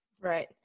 Right